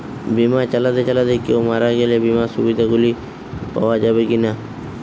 বিমা চালাতে চালাতে কেও মারা গেলে বিমার সুবিধা গুলি পাওয়া যাবে কি না?